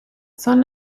son